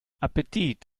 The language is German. appetit